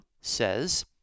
says